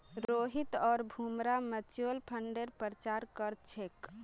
रोहित आर भूमरा म्यूच्यूअल फंडेर प्रचार कर छेक